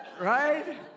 right